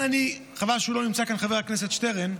חבל שלא נמצא כאן חבר הכנסת שטרן,